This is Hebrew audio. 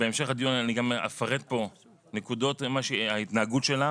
בהמשך הדיון אני גם אפרט פה נקודות בהתנהגות שלה,